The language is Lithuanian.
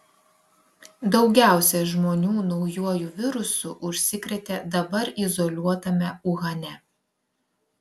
daugiausiai žmonių naujuoju virusu užsikrėtė dabar izoliuotame uhane